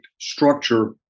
structure